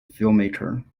filmmaker